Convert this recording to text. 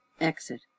Exit